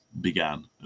began